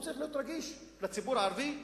הוא צריך להיות רגיש לציבור הערבי,